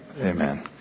Amen